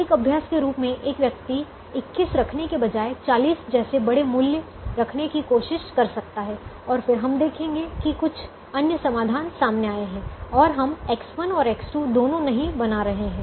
एक अभ्यास के रूप में एक व्यक्ति 21 रखने के बजाय 40 जैसे बड़े मूल्य को रखने की कोशिश कर सकता है और फिर हम देखेंगे कि कुछ अन्य समाधान सामने आए हैं और हम X1 और X2 दोनों नहीं बना रहे हैं